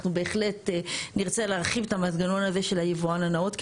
בהחלט נרצה להרחיב את המנגנון הזה של היבואן הנאות.